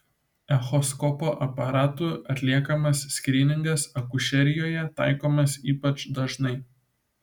echoskopo aparatu atliekamas skryningas akušerijoje taikomas ypač dažnai